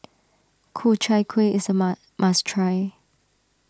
Ku Chai Kuih is a Ma must try